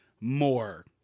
more